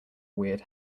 weird